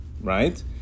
right